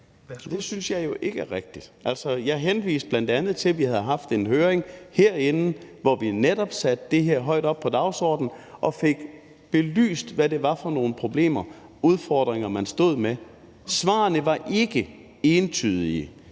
Det synes jeg jo ikke er rigtigt. Altså, jeg henviste bl.a. til, at vi havde haft en høring herinde, hvor vi netop satte det her højt på dagsordenen og fik belyst, hvad det var for nogle problemer og udfordringer, man stod med. Svarene var ikke entydige.